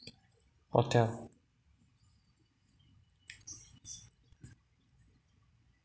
hotel